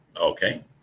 Okay